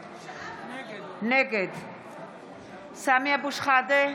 נגד סמי אבו שחאדה,